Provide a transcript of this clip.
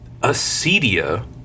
acedia